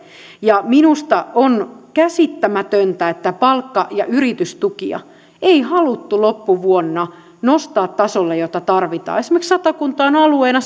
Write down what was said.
minusta on käsittämätöntä että palkka ja yritystukia ei haluttu loppuvuonna nostaa tasolle jota tarvitaan esimerkiksi satakunta on alueena